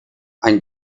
ein